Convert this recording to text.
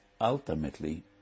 ultimately